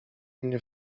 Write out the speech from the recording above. mnie